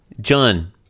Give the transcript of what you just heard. John